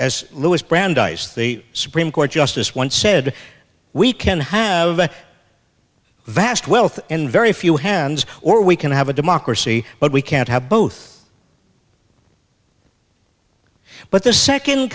as louis brandeis the supreme court justice once said we can have vast wealth in very few hands or we can have a democracy but we can't have both but the second